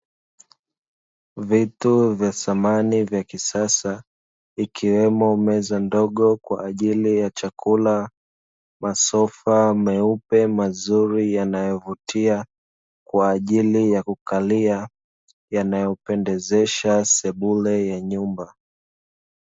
Vitu vya samani vya kisasa ikiwemo meza ndogo kwa ajili ya chakula, masofa meupe mazuri yanayovutia kwaajli ya kukalia, yanayopendezesha sebule ya nyumba.